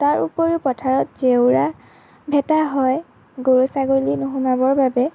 তাৰ ওপৰিও পথাৰত জেওৰা ভেটা হয় গৰু ছাগলী নোসোমাবৰ বাবে